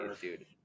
dude